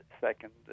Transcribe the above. second